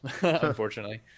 unfortunately